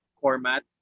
format